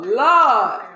lord